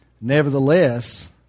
Nevertheless